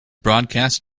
broadcast